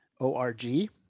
O-R-G